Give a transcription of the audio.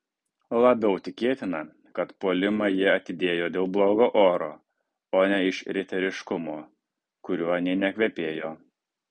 labiau tikėtina kad puolimą jie atidėjo dėl blogo oro o ne iš riteriškumo kuriuo nė nekvepėjo